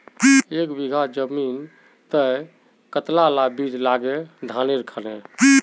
एक बीघा जमीन तय कतला ला बीज लागे धानेर खानेर?